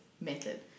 method